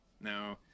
No